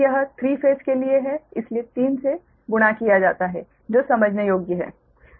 तो यह three phase के लिए है इसलिए 3 से गुणा किया जाता है जो समझने योग्य है